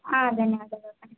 ಹಾಂ ಧನ್ಯವಾದಗಳು ಕಣೆ